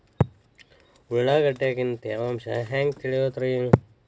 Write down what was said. ಉಳ್ಳಾಗಡ್ಯಾಗಿನ ತೇವಾಂಶ ಹ್ಯಾಂಗ್ ತಿಳಿಯೋದ್ರೇ?